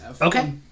Okay